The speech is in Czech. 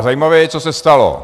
Zajímavé je, co se stalo.